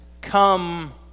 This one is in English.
come